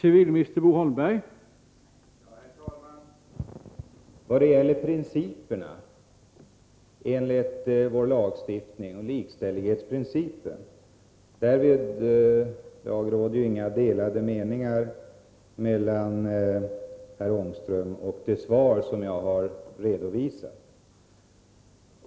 Herr talman! När det gäller vår lagstiftnings principer — och likställighetsprincipen — råder inga delade meningar mellan herr Ångström och mig i fråga om det jag har redovisat i svaret.